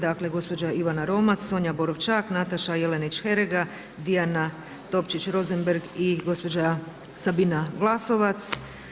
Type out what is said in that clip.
Dakle, gospođa Ivana Romac, Sonja Borovčak, Nataša Jelenić-Herega, Dijana Topčić-Rosenberg i gospođa Sabina Glasovac.